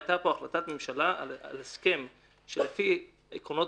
היתה פה החלטת ממשלה על הסכם שלפי עקרונות